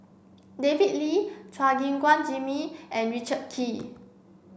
David Lee Chua Gim Guan Jimmy and Richard Kee